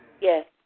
Yes